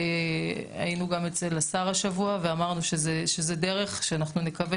היינו גם אצל השר השבוע ואמרנו שזה דרך שאנחנו נקווה